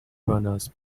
runners